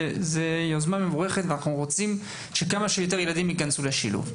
זו יוזמה מבורכת ואנחנו רוצים שכמה שיותר ילדים ייכנסו לשילוב.